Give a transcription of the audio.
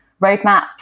roadmaps